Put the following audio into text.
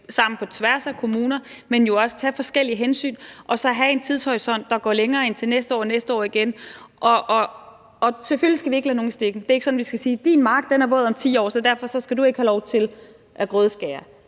sammen på tværs af kommuner, men jo også tage forskellige hensyn, og så have en tidshorisont, der går længere end til næste år og næste år igen. Selvfølgelig skal vi ikke lade nogen i stikken. Det er ikke sådan, at vi skal sige: Din mark er våd om 10 år, så derfor skal du ikke have lov til at grødeskære.